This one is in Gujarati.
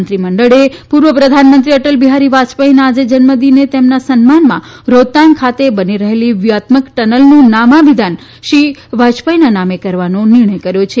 મંત્રી મંડળે પુર્વ પ્રધાનમંત્રી અટલ બિહારી વાજપેઇના આજે જન્મદિને તેમના સન્માનમાં રોહતાંગ ખાતે બની રહેલી વ્યુહાત્મક ટનલનું નામાભિધાન શ્રી વાજપઇના નામે કરવાનો નિર્ણય કર્યો છે